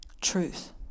Truth